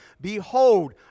Behold